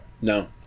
No